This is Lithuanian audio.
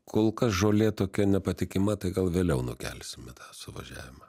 kol kas žolė tokia nepatikima tai gal vėliau nukelsime tą suvažiavimą